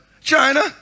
China